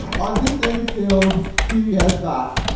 on this same field few years back,